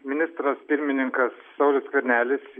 ministras pirmininkas saulius skvernelis